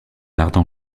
ardent